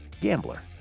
Gambler